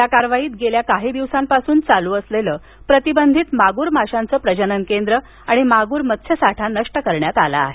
या कारवाईत गेल्या काही दिवसांपासून चालू असलेलं प्रतिबंधित मागूर माशांचं प्रजनन केंद्र आणि मागूर मत्स्यसाठा नष्ट करण्यात आला आहे